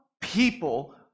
people